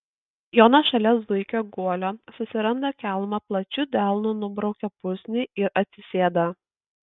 jonas šalia zuikio guolio susiranda kelmą plačiu delnu nubraukia pusnį ir atsisėda